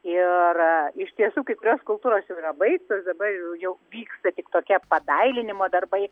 iir iš tiesų kai kurios skulptūros jau yra baigtos dabar jau vyksta tik tokie dailinimo darbai